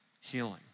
healing